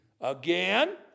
Again